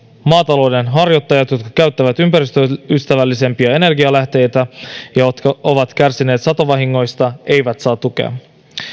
maatalouden harjoittajat jotka käyttävät ympäristöystävällisempiä energialähteitä ja jotka ovat kärsineet satovahingoista eivät saa tukea